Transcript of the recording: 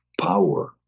power